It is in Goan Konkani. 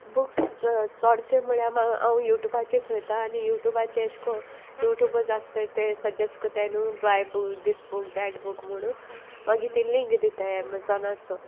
बूक्स च चोडसे म्हळ्यार हांव यू ट्यूबाचेर वोयता आनी यू ट्यूबाचे एश कोन यूट्यूब आसता ते सजेस्ट कोत्ताय न्हू buy book this book that book म्हणून मागीर ती लिंक दिताय एमेझोनाचो